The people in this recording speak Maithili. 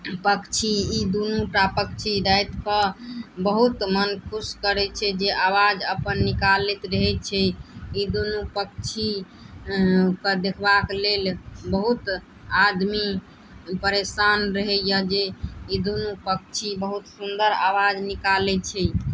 पक्षी ई दुनू टा पक्षी राति कऽ बहुत मन खुश करै छै जे आवाज अपन निकालैत रहै छै ई दुनू पक्षीके देखबाक लेल बहुत आदमी परेशान रहैया जे ई दुनू पक्षी बहुत सुन्दर आवाज निकालै छै